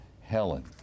Helen